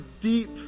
deep